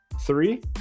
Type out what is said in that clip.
Three